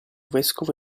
vescovo